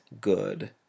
good